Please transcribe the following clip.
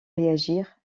réagir